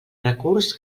recurs